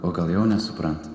o gal jau nesupranta